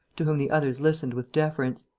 to whom the others listened with deference.